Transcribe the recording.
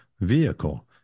vehicle